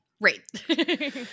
Right